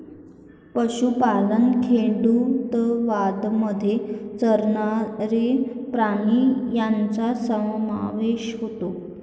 पशुपालन खेडूतवादामध्ये चरणारे प्राणी यांचा समावेश होतो